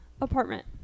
apartment